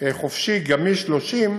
חופשי גמיש שלושים